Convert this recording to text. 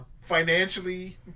financially